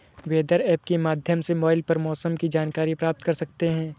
weather app के माध्यम से मोबाइल पर मौसम की जानकारी प्राप्त कर सकते हैं